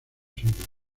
siglo